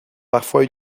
parfois